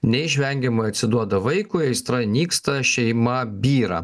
neišvengiamai atsiduoda vaikui aistra nyksta šeima byra